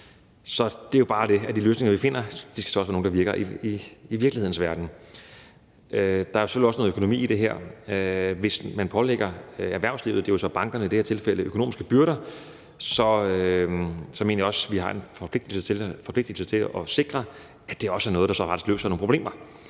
så bare det ved det, at de løsninger, vi finder, også skal være nogen, der virker i virkelighedens verden. Der er selvfølgelig også noget økonomi i det her. Hvis man pålægger erhvervslivet, og det er så bankerne i det her tilfælde, økonomiske byrder, mener jeg også, vi har en forpligtelse til at sikre, at det også er noget, der så løser nogle problemer,